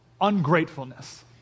ungratefulness